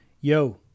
yo